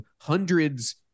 hundreds